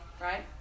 Right